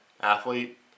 athlete